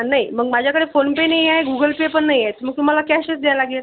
नाही मग माझ्याकडे फोन पे नाही आहे गूगल पे पण नाही आहे मग तुम्हाला कॅशच द्याय लागेल